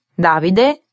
Davide